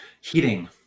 heating